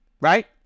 right